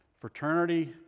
fraternity